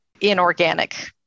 inorganic